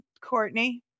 Courtney